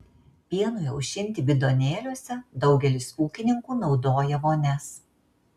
pienui aušinti bidonėliuose daugelis ūkininkų naudoja vonias